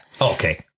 Okay